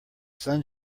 sun